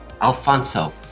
Alfonso